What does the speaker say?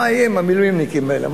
מה יהיה עם המילואימניקים האלה?